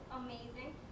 amazing